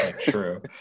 True